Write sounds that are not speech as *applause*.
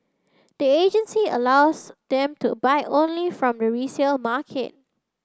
the agency allows them to buy only from *unintelligible* resale market